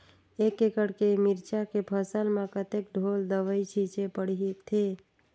एक एकड़ के मिरचा के फसल म कतेक ढोल दवई छीचे पड़थे?